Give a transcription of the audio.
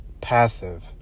passive